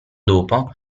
dopo